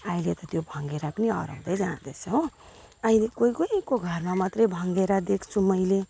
अहिले त त्यो भङ्गेरा पनि हराउँदै जाँदैछ हो अहिले कोही कोहीको घरमा मात्रै भङ्गेरा देख्छु मैले